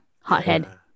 hothead